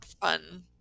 fun